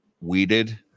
weeded